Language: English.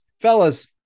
Fellas